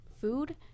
food